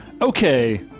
Okay